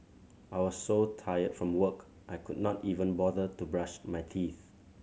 I was so tired from work I could not even bother to brush my teeth